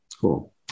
Cool